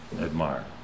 admire